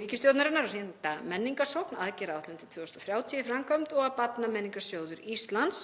ríkisstjórnarinnar að hrinda Menningarsókn — aðgerðaáætlun til 2030 í framkvæmd og að Barnamenningarsjóður Íslands,